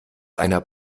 einer